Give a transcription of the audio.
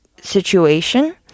situation